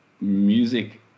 music